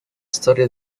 storia